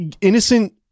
innocent